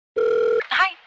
hi